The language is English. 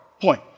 point